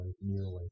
nearly